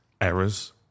errors